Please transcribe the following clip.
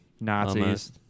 Nazis